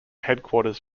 headquarters